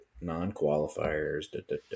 non-qualifiers